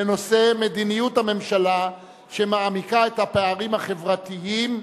בנושא: מדיניות הממשלה שמעמיקה את הפערים החברתיים,